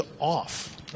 off